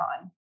on